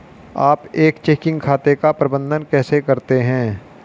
आप एक चेकिंग खाते का प्रबंधन कैसे करते हैं?